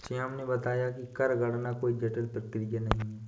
श्याम ने बताया कि कर गणना कोई जटिल प्रक्रिया नहीं है